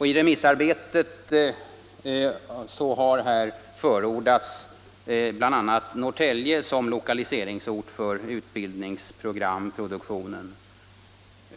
I remissarbetet har bl.a. Norrtälje förordats som lokaliseringsort för utbildningsprogramproduktionen.